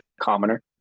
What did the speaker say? commoner